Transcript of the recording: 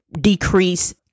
decrease